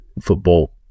football